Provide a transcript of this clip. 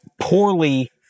poorly